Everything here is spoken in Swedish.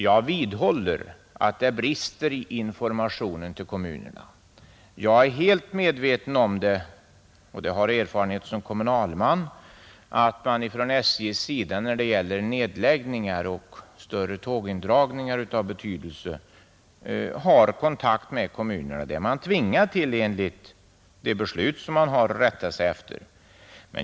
Jag vidhåller att det brister i informationen till kommunerna, Jag är helt medveten om — jag har erfarenheter såsom kommunalman — att SJ när det gäller nedläggningar och större tågindragningar av betydelse har kontakt med kommunerna, Det är verket tvingat till enligt det beslut som man har att rätta sig efter.